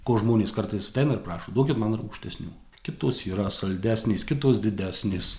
ko žmonės kartais ateina ir prašo duokit man rūgštesnių kitos yra saldesnės kitos didesnės